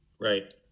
right